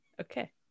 Okay